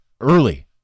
early